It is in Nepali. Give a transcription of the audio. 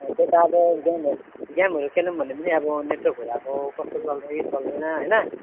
त्यो त अब गेमहरू गेमहरू खेलौँ भने पनि अब नेटवर्कहरू अब कस्तो चल्छ कि चल्दैन हैन